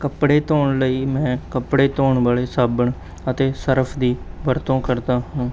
ਕੱਪੜੇ ਧੋਣ ਲਈ ਮੈਂ ਕੱਪੜੇ ਧੋਣ ਵਾਲੇ ਸਾਬਣ ਅਤੇ ਸਰਫ਼ ਦੀ ਵਰਤੋਂ ਕਰਦਾ ਹਾਂ